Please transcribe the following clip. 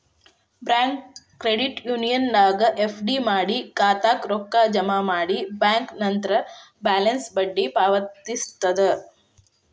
bank credit ಯೂನಿಯನ್ನ್ಯಾಗ್ FD ಮಾಡಿ ಖಾತಾಕ್ಕ ರೊಕ್ಕ ಜಮಾ ಮಾಡಿ ಬ್ಯಾಂಕ್ ನಂತ್ರ ಬ್ಯಾಲೆನ್ಸ್ಗ ಬಡ್ಡಿ ಪಾವತಿಸ್ತದ